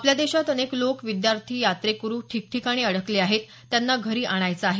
आपल्या देशात अनेक लोक विद्यार्थी यात्रेकरू ठिकठिकाणी अडकले आहेत त्यांना घरी आणायंच आहे